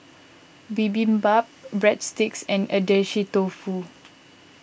Bibimbap Breadsticks and Agedashi Dofu